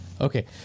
Okay